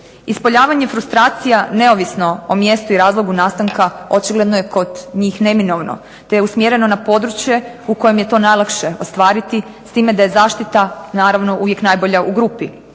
Ispoljavanje frustracija neovisno o mjestu i razlogu nastanka očigledno je kod njih neminovno, te je usmjereno na područje u kojem je to najlakše ostvariti, s time da je zaštita naravno uvijek najbolja u grupi,